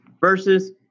versus